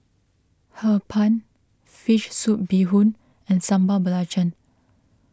Hee Pan Fish Soup Bee Hoon and Sambal Belacan